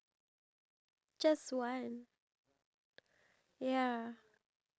a bit noisy but I have no hate towards dog I just feel like the